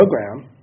program